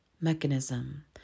mechanism